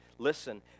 Listen